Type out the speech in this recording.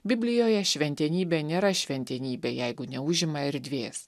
biblijoje šventenybė nėra šventenybė jeigu neužima erdvės